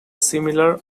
similar